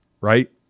right